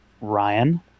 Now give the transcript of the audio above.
Ryan